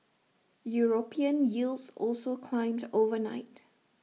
european yields also climbed overnight